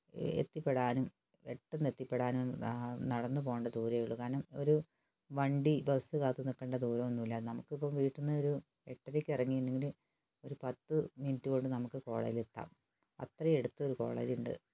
എത്തിപെടാനും പെട്ടന്ന് എത്തിപെടാനും നടന്ന് പോകണ്ട ദൂരമേ ഉള്ളൂ കാരണം ഒരു വണ്ടി ബസ് കാത്ത് നിൽക്കേണ്ട ദുരമൊന്നും ഇല്ല നമുക്ക് ഇപ്പോൾ വീട്ടിൽ നിന്ന് ഒരു എട്ടരയ്ക്ക് ഇറങ്ങിയെങ്കിൽ ഒരു പത്ത് മിനിറ്റ് കൊണ്ട് നമുക്ക് കോളേജിൽ എത്താം അത്രേ അടുത്തൊരു കോളേജ് ഉണ്ട്